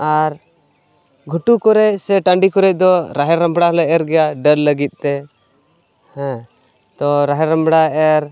ᱟᱨ ᱜᱷᱩᱴᱩ ᱠᱚᱨᱮ ᱥᱮ ᱴᱟᱺᱰᱤ ᱠᱚᱨᱮ ᱫᱚ ᱨᱟᱦᱮᱲ ᱨᱟᱢᱲᱟᱞᱮ ᱮᱨ ᱜᱮᱭᱟ ᱰᱟᱹᱞ ᱞᱟᱹᱜᱤᱫᱛᱮ ᱦᱮᱸ ᱛᱚ ᱨᱟᱦᱮᱲ ᱨᱟᱢᱲᱟ ᱮᱨ